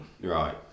Right